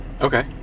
Okay